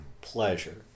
pleasure